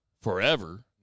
forever